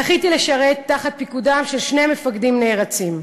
זכיתי לשרת תחת פיקודם של שני מפקדים נערצים,